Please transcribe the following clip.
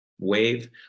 wave